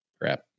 Crap